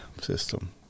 system